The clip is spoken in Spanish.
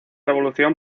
revolución